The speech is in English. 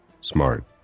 smart